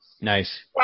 Nice